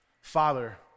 father